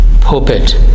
pulpit